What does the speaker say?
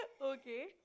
Okay